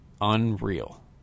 unreal